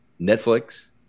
Netflix